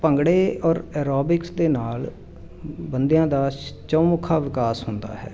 ਭੰਗੜੇ ਔਰ ਐਰੋਬਿਕਸ ਦੇ ਨਾਲ ਬੰਦਿਆਂ ਦਾ ਸ਼ ਚੌਮੁੱਖਾ ਵਿਕਾਸ ਹੁੰਦਾ ਹੈ